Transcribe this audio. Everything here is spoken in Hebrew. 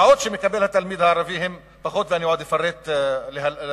התלמיד הערבי מקבל פחות שעות, ואני אפרט בהמשך.